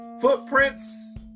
footprints